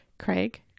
Craig